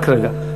רק רגע.